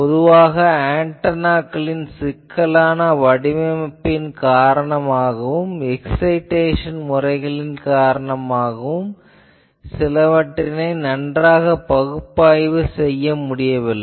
பொதுவாக ஆன்டெனாக்களின் சிக்கலான வடிவமைப்பின் காரணமாகவும் எக்சைடேசன் முறைகள் காரணமாகவும் சிலவற்றினை நன்றாக பகுப்பாய்வு செய்ய முடியவில்லை